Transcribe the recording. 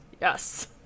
Yes